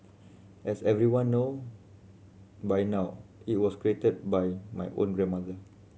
as everyone know by now it was created by my own grandmother